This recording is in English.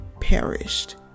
perished